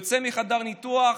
יוצא מחדר ניתוח,